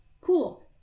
Cool